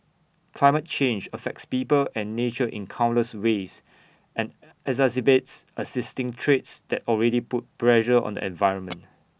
climate change affects people and nature in countless ways and exacerbates existing threats that already put pressure on the environment